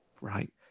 Right